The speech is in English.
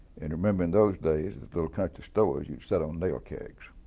and remember in those days at little country stores, you sat on nail kegs.